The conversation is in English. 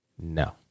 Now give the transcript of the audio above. No